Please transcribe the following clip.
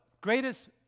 greatest